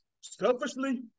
selfishly